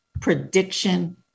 prediction